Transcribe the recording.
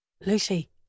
Lucy